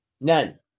None